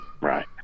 right